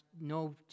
no